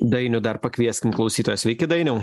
dainių dar pakviesim klausytoją sveiki dainiau